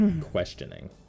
questioning